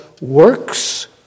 works